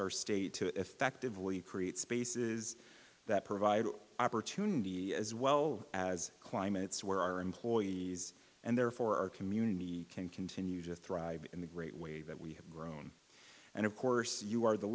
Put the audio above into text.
our state to effectively create spaces that provide opportunity as well as climates where our employees and therefore our community can continue to thrive in the great way that we have grown and of course you are the